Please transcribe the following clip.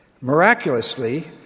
Miraculously